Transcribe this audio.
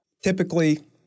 Typically